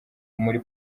muri